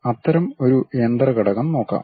അതിനാൽ അത്തരം ഒരു യന്ത്ര ഘടകം നോക്കാം